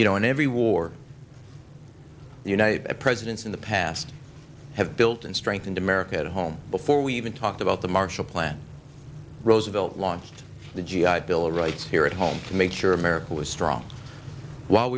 you know in every war you know presidents in the past have built and strengthened america at home before we even talked about the marshall plan roosevelt launched the g i bill right here at home to make sure america was strong while